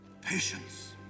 Patience